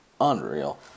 unreal